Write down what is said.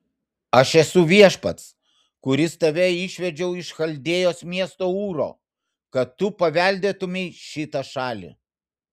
aš esu viešpats kuris tave išvedžiau iš chaldėjos miesto ūro kad tu paveldėtumei šitą šalį